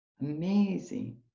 amazing